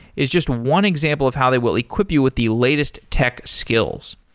is just one example of how they will equip you with the latest tech skills.